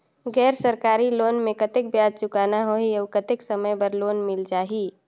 गैर सरकारी लोन मे कतेक ब्याज चुकाना होही और कतेक समय बर लोन मिल जाहि?